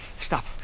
Stop